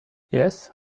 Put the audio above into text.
yes